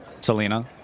selena